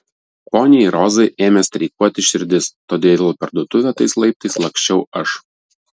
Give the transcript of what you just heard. poniai rozai ėmė streikuoti širdis todėl į parduotuvę tais laiptais laksčiau aš